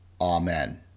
Amen